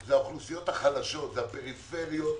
זה האוכלוסיות החלשות, הפריפריות,